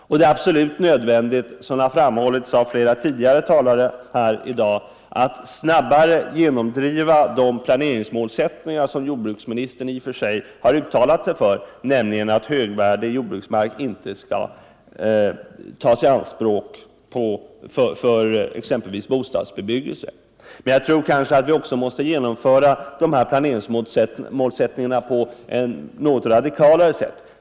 Och det är absolut nödvändigt - som också framhållits av flera tidigare talare i dag — att snabbare genomdriva de planeringsmålsättningar som jordbruksministern i och för sig har uttalat sig för, nämligen att högvärdig jordbruksmark inte skall tas i anspråk för exempelvis bostadsbebyggelse. Jag tror att vi kanske också måste genomföra dessa planeringsmålsättningar på ett något mera radikalt sätt.